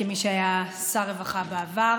כמי שהיה שר רווחה בעבר.